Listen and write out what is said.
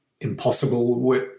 impossible